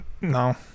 No